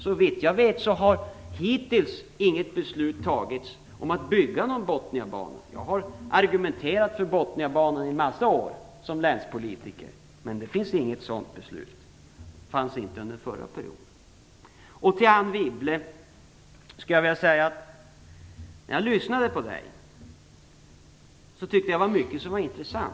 Såvitt jag vet har hittills inget beslut fattats om att bygga någon Botniabana. Jag har som länspolitiker argumenterat för Botniabanan i många år. Men det finns inget sådant beslut. Det fattades inget sådant under den föregående perioden. När jag lyssnade på Anne Wibble fann jag att mycket av det hon sade var intressant.